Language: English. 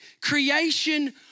creation